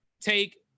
take